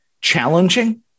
challenging